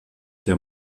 der